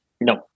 No